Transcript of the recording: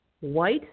white